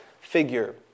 figure